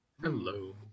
Hello